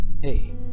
hey